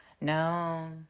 No